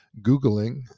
Googling